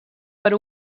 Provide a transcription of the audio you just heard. per